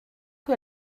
que